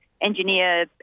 engineer